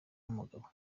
n’umugabo